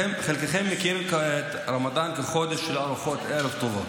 מכיר את הרמדאן כחודש של ארוחות ערב טובות,